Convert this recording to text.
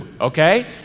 Okay